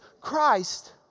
Christ